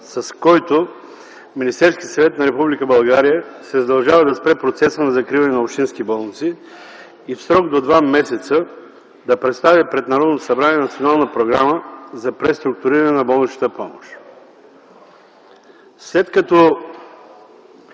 с което Министерският съвет на Република България се задължава да спре процеса на закриване на общински болници и в срок до два месеца да представи пред Народното събрание Национална програма за преструктуриране на болничната помощ. След като